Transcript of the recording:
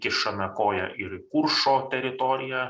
kišame koją ir į kuršo teritoriją